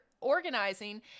organizing